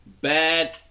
Bad